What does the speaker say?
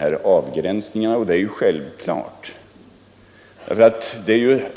gör avgränsningarna. Ja, det är ju självklart.